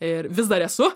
ir vis dar esu